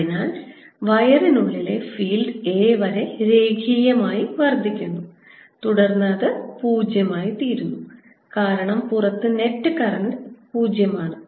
അതിനാൽ വയറിനുള്ളിലെ field a വരെ രേഖീയമായി വർദ്ധിക്കുന്നു തുടർന്ന് അത് 0 ആയിത്തീരുന്നു കാരണം പുറത്ത് നെറ്റ് കറന്റ് 0 ആണ്